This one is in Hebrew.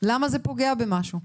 למה זה פוגע במשהו?